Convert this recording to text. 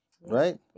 right